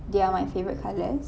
they're my favourite colours